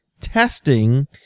testing